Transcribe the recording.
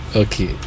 okay